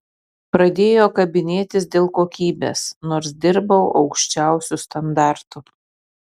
pradėjo kabinėtis dėl kokybės nors dirbau aukščiausiu standartu